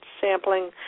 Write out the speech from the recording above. sampling